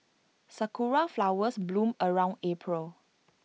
Sakura Flowers bloom around April